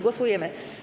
Głosujemy.